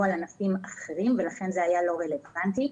על ענפים אחרים ולכן זה היה לא רלוונטי.